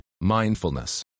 mindfulness